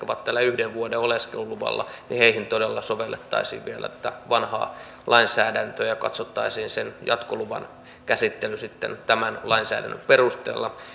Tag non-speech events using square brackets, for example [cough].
[unintelligible] ovat täällä yhden vuoden oleskeluluvalla ja joita tämä muutos nyt ensisijaisesti koskee että heihin todella sovellettaisiin vielä tätä vanhaa lainsäädäntöä ja katsottaisiin sen jatkoluvan käsittely sitten tämän lainsäädännön perusteella